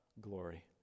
glory